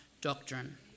doctrine